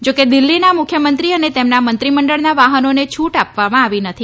જો કે દિલ્હીના મુખ્યમંત્રી અને તેમના મંત્રીમંડળના વાહનોને છૂટ આપવામાં આવી નથી